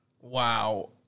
Wow